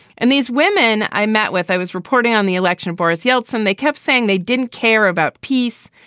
and these women i met with, i was reporting on the election, boris yeltsin, they kept saying they didn't care about peace,